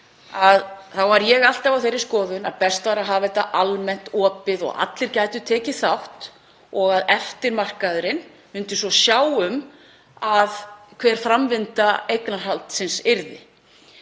þá var ég alltaf á þeirri skoðun að best væri að hafa þetta almennt, opið, að allir gætu tekið þátt og eftirmarkaðurinn myndi svo sjá um hver framvinda eignarhaldsins yrði.